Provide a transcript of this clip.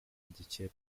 igikeri